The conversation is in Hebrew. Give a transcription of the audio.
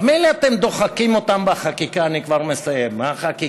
מילא אתם דוחקים אותם בחקיקה הזאת,